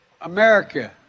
america